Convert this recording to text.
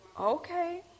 okay